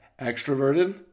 extroverted